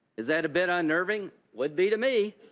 is that a bit unnerving? would be to me.